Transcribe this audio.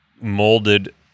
molded